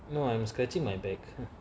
no I'm scratching my back